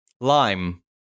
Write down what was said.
lime